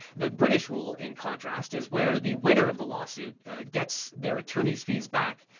the british rule, in contrast, is where the winner of the lawsuit gets their attorneys fees back,